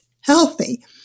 healthy